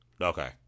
Okay